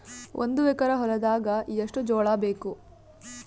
ಒಂದು ಎಕರ ಹೊಲದಾಗ ಎಷ್ಟು ಜೋಳಾಬೇಕು?